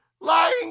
Lying